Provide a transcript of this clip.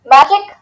Magic